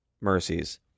mercies